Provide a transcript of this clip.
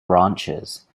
ranchers